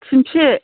थुन्थि